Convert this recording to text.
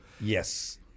Yes